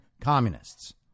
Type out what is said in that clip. communists